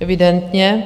Evidentně.